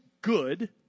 good